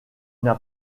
n’a